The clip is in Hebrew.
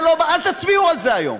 אל תצביעו על זה היום.